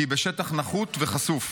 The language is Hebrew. כי היא בשטח נחות וחשוף.